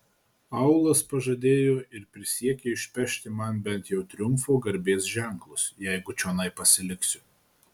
aulas pažadėjo ir prisiekė išpešti man bent jau triumfo garbės ženklus jeigu čionai pasiliksiu